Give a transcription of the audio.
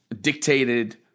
dictated